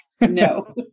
No